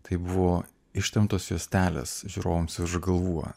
tai buvo ištemptos juostelės žiūrovams už galvų